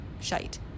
shite